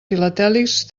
filatèlics